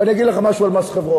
ואני אגיד לך משהו על מס חברות.